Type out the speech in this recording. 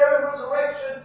resurrection